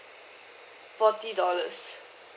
forty dollars